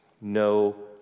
no